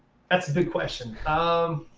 that's a big question. um